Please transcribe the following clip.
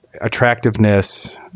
attractiveness